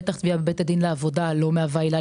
בטח תביעה בבית הדין לעבודה לא מהווה עילה